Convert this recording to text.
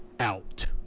out